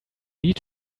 need